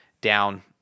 down